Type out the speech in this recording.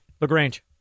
LaGrange